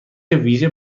ویژه